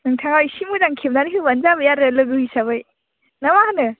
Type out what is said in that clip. नोंथाङा इसे मोजां खेबनानै होबानो जाबाय आरो लोगो हिसाबै ना मा होनो